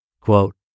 Quote